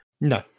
No